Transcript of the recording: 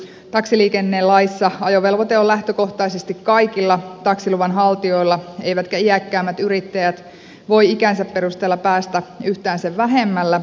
taksiliikennelaissa ajovelvoite on lähtökohtaisesti kaikilla taksiluvan haltijoilla eivätkä iäkkäämmät yrittäjät voi ikänsä perusteella päästä yhtään sen vähemmällä